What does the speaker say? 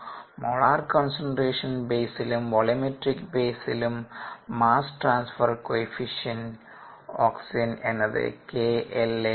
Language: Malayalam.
മോളാർ കോൺസെൻട്രേഷൻ ബേസിലും വോള്യമെട്രിക്ബേസിസിലും മാസ് ട്രാൻസ്ഫർ കോയഫിഷ്യന്റ് ഓക്സിജൻ എന്നത് 𝐾𝐿a ആണ്